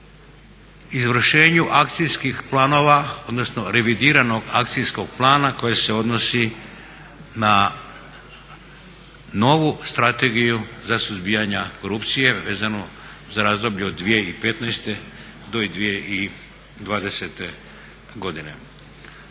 izvršenju akcijskih planova, odnosno revidiranog akcijskog plana koji se odnosi na novu strategiju za suzbijanje korupcije vezano za razdoblje od 2015. do 2020. godine.